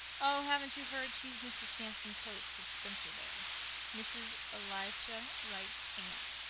oh, haven't you heard? she's mrs. samson coates of spencervale mrs. elisha wright's aunt.